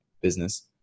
business